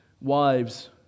wives